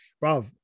Bro